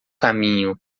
caminho